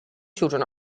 children